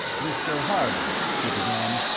mr. harley, he began,